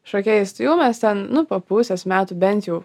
šokėjais tai jau mes ten nu po pusės metų bent jau